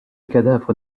cadavre